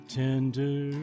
tender